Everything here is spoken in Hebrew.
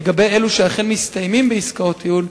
לגבי אלו שאכן מסתיימים בעסקאות טיעון,